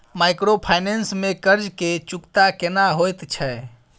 Microfinance में कर्ज के चुकता केना होयत छै?